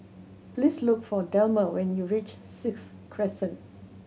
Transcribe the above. please look for Delmer when you reach Sixth Crescent